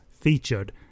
featured